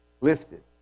lifted